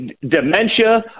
dementia